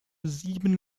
sieben